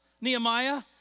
Nehemiah